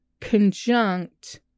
conjunct